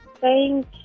Thank